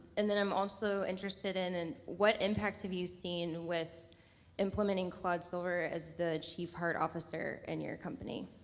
and then i'm also interested in in what impacts have you seen with implementing claude silver as the chief heart officer in your company?